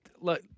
Look